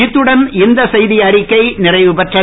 இத்துடன் இந்த செய்திஅறிக்கை நிறைவுபெறுகிறது